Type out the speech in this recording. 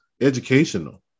educational